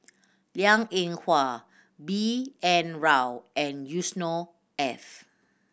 Liang Eng Hwa B N Rao and Yusnor Ef